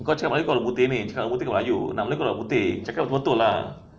kau cakap orang ke melayu orang putih ni kau cakap orang putih ke melayu nama dia orang putih cakap betul-betul lah